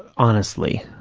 honestly.